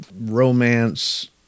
romance-